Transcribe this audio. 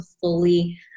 fully